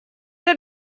der